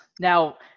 Now